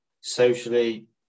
socially